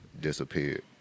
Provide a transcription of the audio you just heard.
disappeared